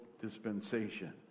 dispensation